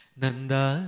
nanda